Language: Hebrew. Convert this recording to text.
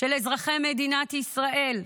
של אזרחי מדינת ישראל,